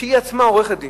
והיא עצמה עורכת-דין,